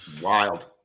Wild